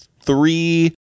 three